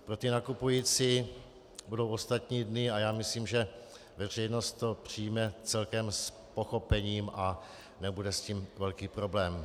Pro ty nakupující budou ostatní dny a já myslím, že veřejnost to přijme celkem s pochopením a nebude s tím velký problém.